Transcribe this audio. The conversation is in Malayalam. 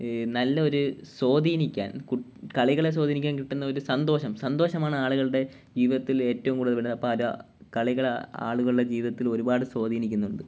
ഈ നല്ലൊരു സ്വാധീനിക്കാൻ കു കളികളെ സ്വാധീനിക്കാൻ കിട്ടുന്നൊരു സന്തോഷം സന്തോഷമാണ് ആളുകളുടെ ജീവിതത്തിൽ ഏറ്റവും കൂടുതൽ വരുന്ന പല കളികൾ ആളുകളുടെ ജീവിതത്തിൽ ഒരുപാട് സ്വാധീനിക്കുന്നുണ്ട്